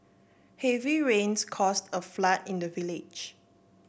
heavy rains caused a flood in the village